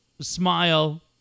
smile